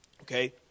Okay